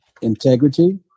integrity